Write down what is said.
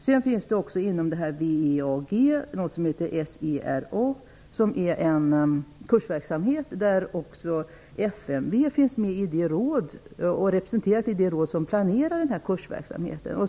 I WEAG finns också något som heter SERA som är en kursverksamhet där FMV finns representerat i det råd som planerar kursverksamheten.